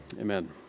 amen